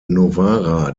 novara